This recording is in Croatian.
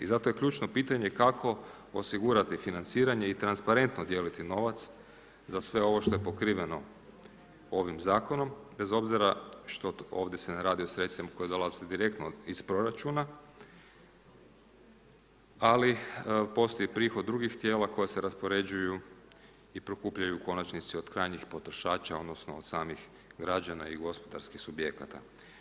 I zato je ključno pitanje kako osigurati financiranje i transparentno dijeliti novac za sve ovo što je pokriveno ovim zakonom, bez obzira što ovdje se ne radi o sredstvima koji dolaze direktno iz proračuna, ali postoji prihod drugih tijela koja se raspoređuju i prikupljaju u konačnici od krajnjih potrošača, odnosno od samih građana i gospodarskih subjekata.